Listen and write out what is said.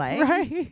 Right